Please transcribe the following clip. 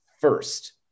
first